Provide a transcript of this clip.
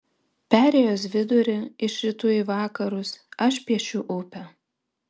perėjos vidurį iš rytų į vakarus aš piešiu upę